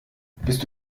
bist